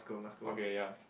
okay ya